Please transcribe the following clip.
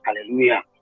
hallelujah